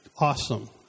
Awesome